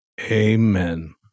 Amen